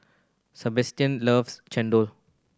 Sebastian loves chendol